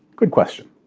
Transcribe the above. good question.